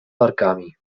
wargami